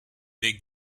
big